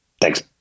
Thanks